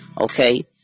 okay